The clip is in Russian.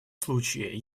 случае